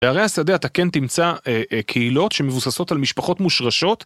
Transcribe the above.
בערי השדה אתה כן תמצא קהילות שמבוססות על משפחות מושרשות